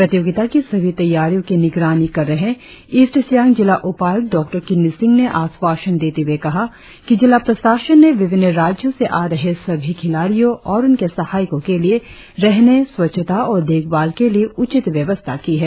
प्रतियोगिता की सभी तैयारियो की निगरानी कर रहे ईस्ट सियांग जिला उपायुक्त डॉ किन्नी सिंग ने आश्वासन देते हुए कहा कि जिला प्रशासन ने विभिन्न राज्यो से आ रहे सभी खिलाड़ियो और उनके सहायको के लिए रहने स्वच्छता और देखभाल के लिए उचित व्यवस्था की है